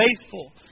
faithful